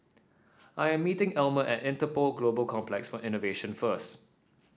I am meeting Elmer at Interpol Global Complex for Innovation first